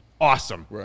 Awesome